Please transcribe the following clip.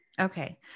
Okay